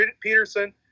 Peterson